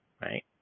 Right